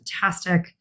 fantastic